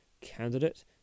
candidate